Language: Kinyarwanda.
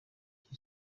iki